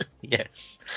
Yes